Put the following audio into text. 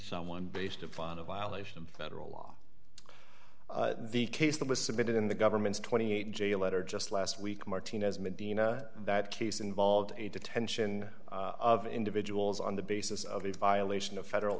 someone based upon a violation of federal law the case that was submitted in the government's twenty eight jail letter just last week martinez medina that case involved a detention of individuals on the basis of a violation of federal